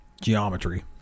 geometry